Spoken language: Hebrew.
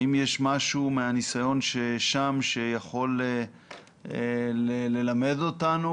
האם יש משהו מהניסיון שם שיכול ללמד אותנו